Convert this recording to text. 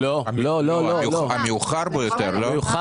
המאוחר ביותר.